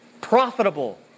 profitable